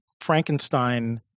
frankenstein